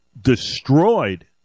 destroyed